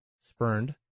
spurned